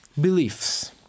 beliefs